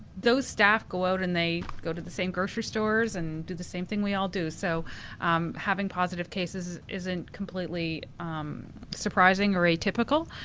those staff go out and they go to the same grocery stores and do the same thing we all do. so having positive cases isn't completely surprising or atypical.